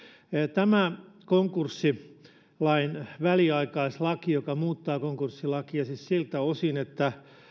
tämä konkurssilain väliaikaislaki joka muuttaa konkurssilakia siis siltä osin että